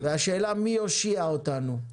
והשאלה מי יושיע אותנו,